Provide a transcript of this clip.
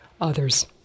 others